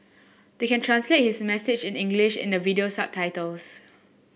they can translate his message in English in the video subtitles